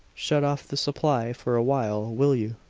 shut off the supply for a while, will you?